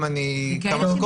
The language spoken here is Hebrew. אם יהיו לי כמה דקות